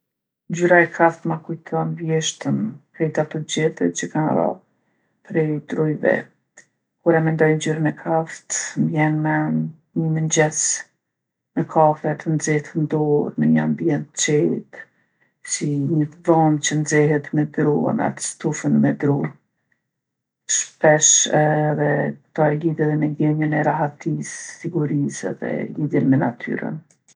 Ngjyra e kaftë ma kujton vjeshtën, krejt ato gjethe që kanë ra prej drujve. Kur e mendoj ngjyrën e kaftë, m'bjen n'men ni mëngjes me kafë të nxehtë n'dorë në ni ambient t'qetë, si ni dhomë që nxehet me dru e me atë stufën me dru. Shpesh edhe kto e lidhi edhe me ndjenjën rahatisë, sigurisë edhe lidhjen me natyrën.